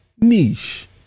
niche